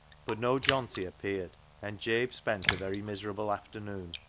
but no johnty appeared, and jabe spent a very miserable afternoon.